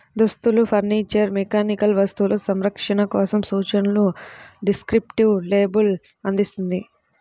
దుస్తులు, furniture, mechanical వస్తువులు, సంరక్షణ కోసం సూచనలను డిస్క్రిప్టివ్ లేబుల్ అందిస్తుంది